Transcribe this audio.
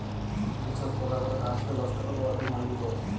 যে ছব পকাগুলা গাহাচকে লষ্ট ক্যরে উয়াদের মাইরে দেয়